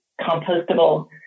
compostable